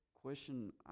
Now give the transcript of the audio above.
question